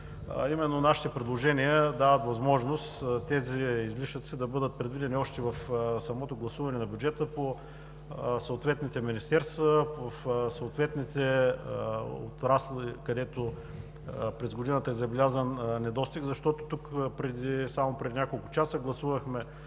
именно нашите предложения дават възможност тези излишъци да бъдат предвидени още в самото гласуване на бюджета по съответните министерства, в съответните отрасли, където през годината е забелязан недостиг. Тук само преди няколко часа гласувахме